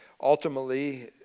ultimately